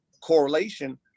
correlation